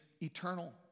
eternal